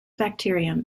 bacterium